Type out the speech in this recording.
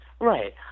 Right